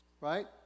right